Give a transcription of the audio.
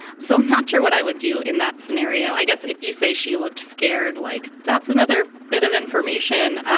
so i'm not sure what i would do in that scenario. i guess if you say she looked scared, like that's another bit of information,